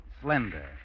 slender